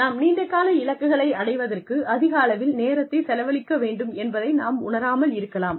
நாம் நீண்ட கால இலக்குகளை அடைவதற்கு அதிக அளவில் நேரத்தைச் செலவழிக்க வேண்டும் என்பதை நாம் உணராமல் இருக்கலாம்